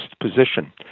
position